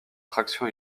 traction